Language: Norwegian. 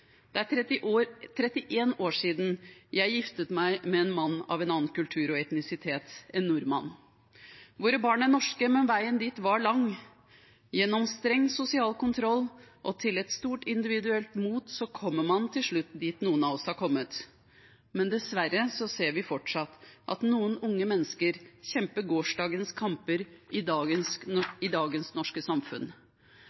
Det er 31 år siden jeg giftet meg med en mann av en annen kultur og etnisitet, en nordmann. Våre barn er norske, men veien dit var lang. Gjennom streng sosial kontroll og med et stort individuelt mot kommer man til slutt dit noen av oss har kommet. Men dessverre ser vi fortsatt at noen unge mennesker kjemper gårsdagens kamper i dagens